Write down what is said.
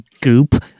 goop